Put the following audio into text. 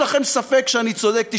ואם יש לכם ספק שאני צודק,